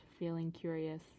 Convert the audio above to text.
feelingcurious